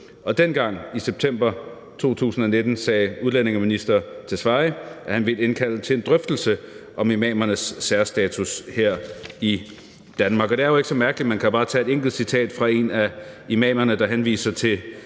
Dengang i september 2019 sagde udlændinge- og integrationsministeren, at han ville indkalde til en drøftelse om imamernes særstatus her i Danmark. Og det er jo ikke så mærkeligt; man kan jo bare tage et enkelt citat fra en af imamerne, der henviser til